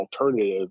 alternative